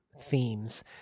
themes